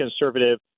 conservative